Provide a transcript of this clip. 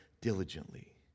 diligently